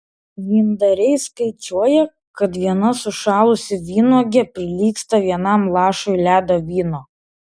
vyndariai skaičiuoja kad viena sušalusi vynuogė prilygsta vienam lašui ledo vyno